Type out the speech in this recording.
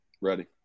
Ready